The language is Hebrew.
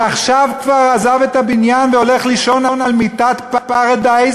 שעכשיו כבר עזב את הבניין והולך לישון על מיטת "פרדייז"